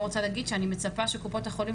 גם רוצה להגיד שאני מצפה שקופות החולים